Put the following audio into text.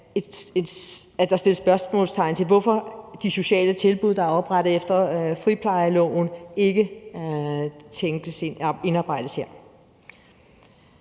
der sættes spørgsmålstegn ved, hvorfor de sociale tilbud, der er oprettet efter friplejeloven, ikke indarbejdes her.